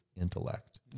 intellect